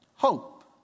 Hope